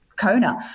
Kona